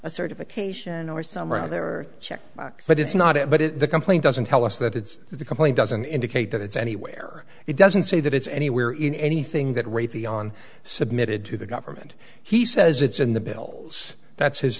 a certification or some are out there or check but it's not it but in the complaint doesn't tell us that it's the complaint doesn't indicate that it's anywhere it doesn't say that it's anywhere in anything that raytheon submitted to the government he says it's in the bill that's his